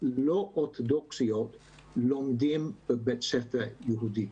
לא אורתודוכסיות לומדים בבית ספר יהודי.